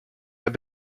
have